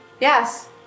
Yes